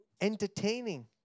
entertaining